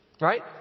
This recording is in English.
right